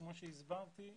כמו שהסברתי,